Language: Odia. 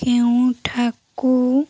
କେଉଁଠାକୁ